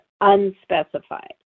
unspecified